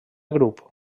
grup